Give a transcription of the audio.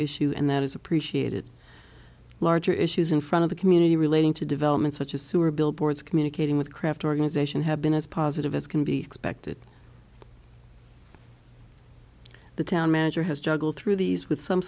issue and that is appreciated larger issues in front of the community relating to developments such as sewer billboards communicating with craft organization have been as positive as can be expected the town manager has juggle through these with some